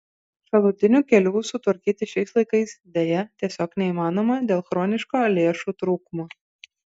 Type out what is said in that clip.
šalutinių kelių sutvarkyti šiais laikais deja tiesiog neįmanoma dėl chroniško lėšų trūkumo